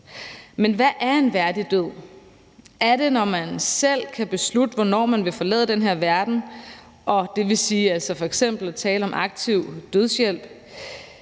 Hvad er en værdig død? Er det, når man selv kan beslutte, hvornår man vil forlade den her verden, og det vil altså f.eks. også sige, at man kan tale om aktiv dødshjælp?